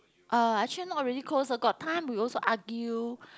uh actually not really close with her got time we also argue